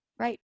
right